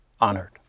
honored